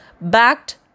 backed